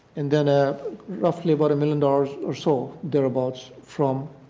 and then ah roughly about a million dollars or so, thereabouts from